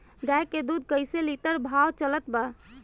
गाय के दूध कइसे लिटर भाव चलत बा?